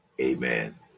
Amen